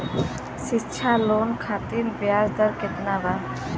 शिक्षा लोन खातिर ब्याज दर केतना बा?